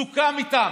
סוכם איתם,